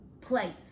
place